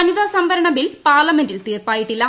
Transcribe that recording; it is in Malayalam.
വനിത സവംവരണ ബിൽ പാർലമെന്റിൽ തീർഷ്പായിട്ടില്ല